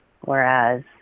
whereas